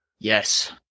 Yes